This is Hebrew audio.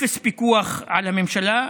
אפס פיקוח על הממשלה,